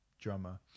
drummer